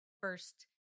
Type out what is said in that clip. first